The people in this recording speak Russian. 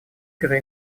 игры